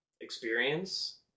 experience